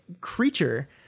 creature